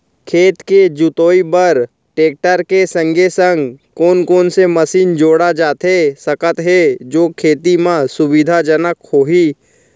खेत के जुताई बर टेकटर के संगे संग कोन कोन से मशीन जोड़ा जाथे सकत हे जो खेती म सुविधाजनक होही?